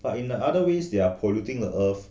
but in the ther ways they are polluting the earth